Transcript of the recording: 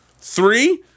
Three